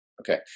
Okay